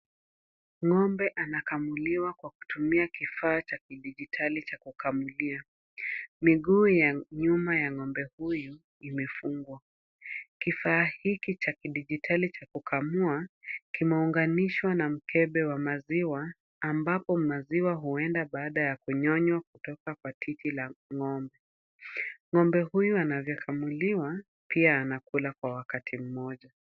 Ng'ombe anakamuliwa kwa kutumia kifaa cha kidijitali cha kukamulia. Miguu ya nyuma ya ng'ombe huyu imefungwa. Kifaa hiki cha kidijitali cha kukamua, kimeunganishwa na mkebe wa maziwa ambapo maziwa huenda baada ya kunyonywa kutoka kwa titi la ng'ombe. Ng'ombe huyu anayekamuliwa, pia anakula kwa wakati mmoja.